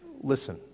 listen